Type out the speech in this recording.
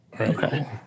Okay